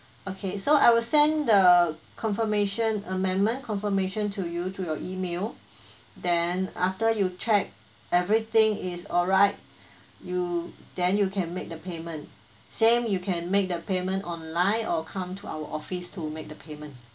okay so I will send the confirmation amendment confirmation to you to your email then after you check everything is alright you then you can make the payment same you can make the payment on line or come to our office to make the payment